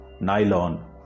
nylon